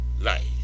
life